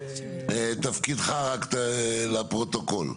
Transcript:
תפקידך רק לפרוטוקול.